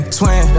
twin